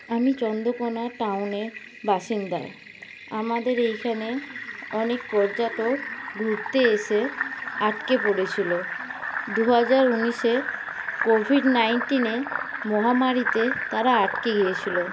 আমি চন্দ্রকোণা টাউনের বাসিন্দা আমাদের এখানে অনেক পর্যাটক ঘুরতে এসে আটকে পড়েছিলো দুহাজার উনিশে কোভিড নাইনটিনে মহামারিতে তারা আটকে গিয়েছিলো